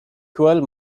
twelve